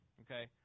Okay